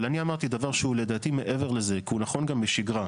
אני אמרתי דבר שהוא לדעתי מעבר לזה כי הוא נכון גם לשגרה.